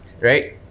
right